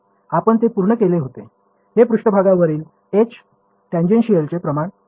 आपण ते पूर्ण केले होते हे पृष्ठभागावरील H टँजेन्शियलचे प्रमाण आहे